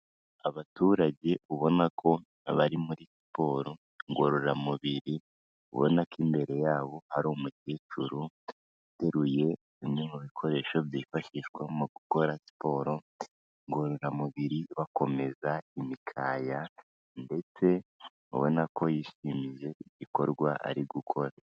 Abaturage ubona ko bari muriporo ngororamubiri, ubona ko imbere yabo hari umukecuru, uteruye bimwe mu bikoresho byifashishwa mu gukora siporo ngororamubiri bakomeza imikaya ndetse ubona ko yishimiye igikorwa ari gukora.